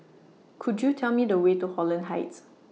Could YOU Tell Me The Way to Holland Heights